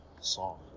song